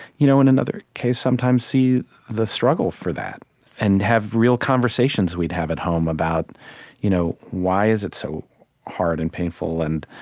you know in another case, sometimes see the struggle for that and have real conversations we'd have at home about you know why is it so hard and painful, and